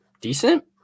decent